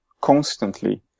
constantly